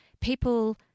people